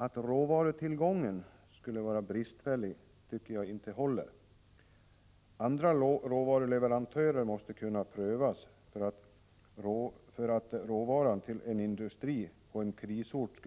Att råvarutillgången skulle vara bristfällig är ett argument som inte håller. Andra råvaruleverantörer måste kunna prövas, så att råvaran till en industri på en krisort